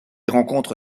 rencontre